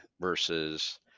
versus